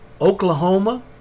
Oklahoma